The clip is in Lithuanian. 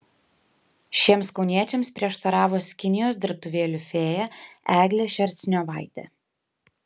šiems kauniečiams prieštaravo skinijos dirbtuvėlių fėja eglė šerstniovaitė